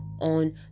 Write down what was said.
on